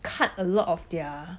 cut a lot of their